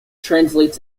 translates